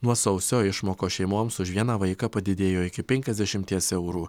nuo sausio išmokos šeimoms už vieną vaiką padidėjo iki penkiasdešimties eurų